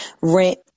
rent